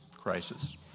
crisis